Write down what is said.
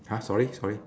!huh! sorry sorry